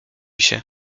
się